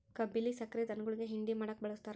ಕಬ್ಬಿಲ್ಲಿ ಸಕ್ರೆ ಧನುಗುಳಿಗಿ ಹಿಂಡಿ ಮಾಡಕ ಬಳಸ್ತಾರ